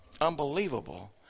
unbelievable